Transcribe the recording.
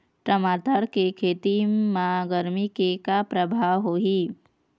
टमाटर के खेती म गरमी के का परभाव होही?